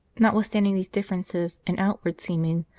notwithstanding these differ ences in outward seeming,